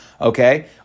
Okay